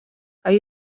are